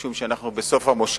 משום שאנחנו בסוף המושב,